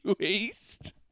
east